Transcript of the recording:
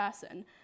person